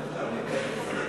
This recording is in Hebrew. מי בעד סעיף 54